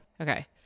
Okay